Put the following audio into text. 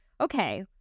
okay